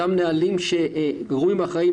אותם נהלים שגורמים אחראים